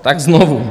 Tak znovu.